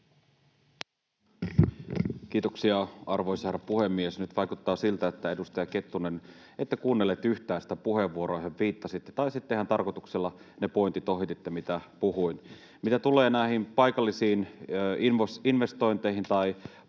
Kiitoksia, arvoisa herra puhemies! Nyt vaikuttaa siltä, edustaja Kettunen, että ette kuunnellut yhtään sitä puheenvuoroa, johon viittasitte, tai sitten ihan tarkoituksella ohititte ne pointit, mitä puhuin. Mitä tulee näihin paikallisiin investointeihin tai panostuksiin,